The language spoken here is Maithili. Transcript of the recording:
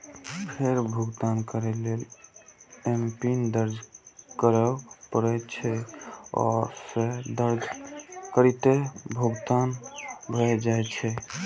फेर भुगतान करै लेल एमपिन दर्ज करय पड़ै छै, आ से दर्ज करिते भुगतान भए जाइ छै